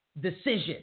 decision